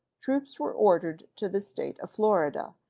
troops were ordered to the state of florida,